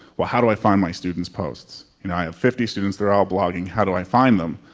well, how do i find my students posts? you know i have fifty students. they're all blogging. how do i find them?